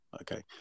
Okay